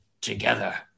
Together